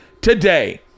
today